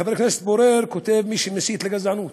חבר הכנסת פורר כותב: מי שמסית לגזענות.